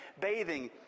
bathing